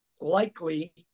likely